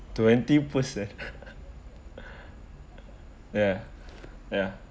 twenty percent ya ya